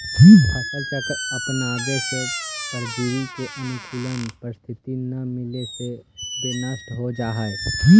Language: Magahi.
फसल चक्र अपनावे से परजीवी के अनुकूल परिस्थिति न मिले से वे नष्ट हो जाऽ हइ